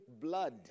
blood